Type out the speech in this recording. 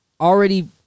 already